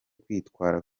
kwitwara